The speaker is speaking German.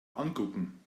angucken